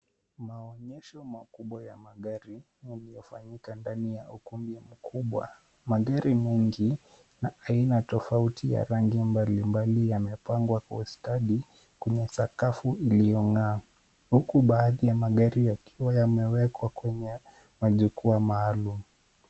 Maonyesho makubwa ya magari yaliyofanyika ndani ya ukumbi mkubwa. Magari mengi na ya aina tofauti ya rangi mbali mbali, yamepangwa kwa ustadi kwenye sakafu iliyong'aa, huku baadhi ya magari yakiwa yamewekwa kwenye majukwaa maalum.